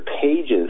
pages